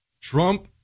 Trump